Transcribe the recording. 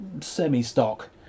semi-stock